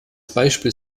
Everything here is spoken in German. beispiel